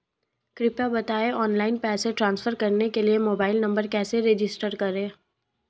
कृपया बताएं ऑनलाइन पैसे ट्रांसफर करने के लिए मोबाइल नंबर कैसे रजिस्टर करें?